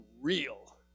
real